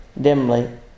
dimly